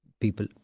people